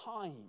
time